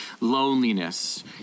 loneliness